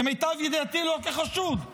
למיטב ידיעתי לא כחשוד,